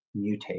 mutate